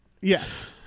yes